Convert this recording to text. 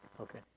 Okay